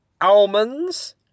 almonds